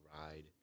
ride